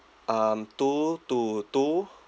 um two two two